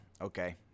okay